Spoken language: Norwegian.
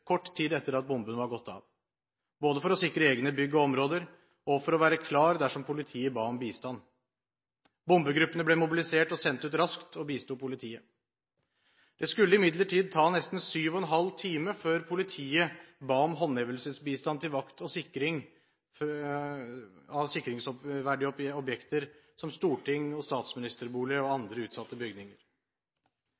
kort tid etter at bomben var gått av – både for å sikre egne bygg og områder og for å være klar dersom politiet ba om bistand. Bombegruppene ble mobilisert, sendt ut raskt og bisto politiet. Det skulle imidlertid ta nesten syv og en halv time før politiet ba om håndhevelsesbistand til vakt og sikring av sikringsverdige objekter, som storting, statsministerbolig og